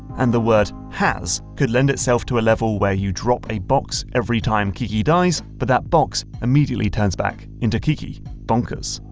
and the word has, could lend itself to a level where you drop a box every-time keke dies, but that box immediately turns back into keke. bonkers.